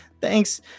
Thanks